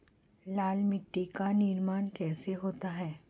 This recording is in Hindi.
लाल मिट्टी का निर्माण कैसे होता है?